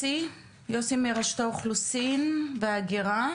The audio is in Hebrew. לזרוע העבודה,